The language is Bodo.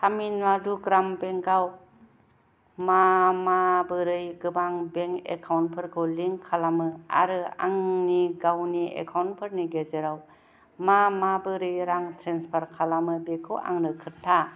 तामिल नाडु ग्राम बेंक आव मामाबोरै गोबां बेंक एकाउन्टफोरखौ लिंक खालामो आरो आंनि गावनि एकाउन्टफोरनि गेजेराव मा माबोरै रां ट्रेन्सफार खालामो बेखौ आंनो खोन्था